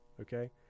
Okay